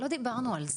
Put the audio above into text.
לא דיברנו על זה.